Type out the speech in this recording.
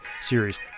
Series